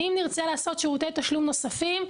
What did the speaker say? אם נרצה לעשות שירותי תשלום נוספים,